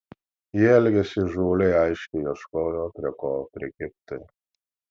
jie elgėsi įžūliai aiškiai ieškojo prie ko prikibti